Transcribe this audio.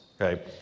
Okay